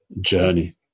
journey